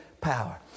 power